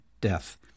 death